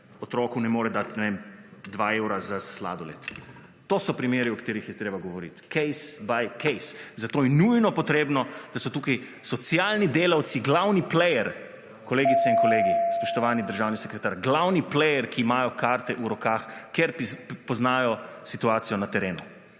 otroku ne more dati dva evra za sladoled? To so primeri o katerih je treba govoriti, case bx case, zato je nujno potrebno, da so tukaj socialni delavci glavni player, kolegice in kolegi, spoštovani državni sekretar, glavni player, ki imajo karte v rokah, ker poznajo situacijo na terenu.